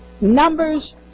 Numbers